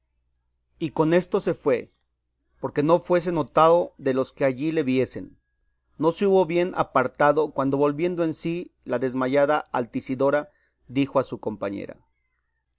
y con esto se fue porque no fuese notado de los que allí le viesen no se hubo bien apartado cuando volviendo en sí la desmayada altisidora dijo a su compañera